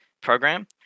program